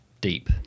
deep